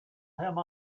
him